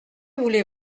voulez